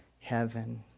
heaven